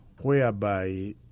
whereby